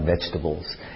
vegetables